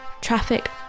Traffic